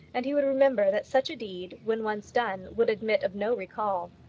and he would remember that such a deed, when once done, would admit of no recall.